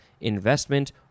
investment